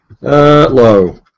Low